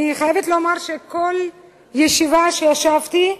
אני חייבת לומר שכל ישיבה שישבתי,